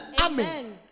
Amen